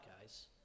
guys